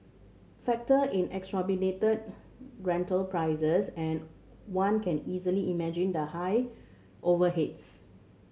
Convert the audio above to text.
factor in exorbitant rental prices and one can easily imagine the high overheads